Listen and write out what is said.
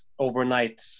overnight